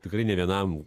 tikrai ne vienam